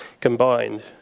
combined